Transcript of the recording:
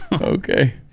okay